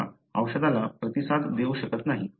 किंवा औषधाला प्रतिसाद देऊ शकत नाही